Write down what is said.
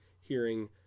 hearing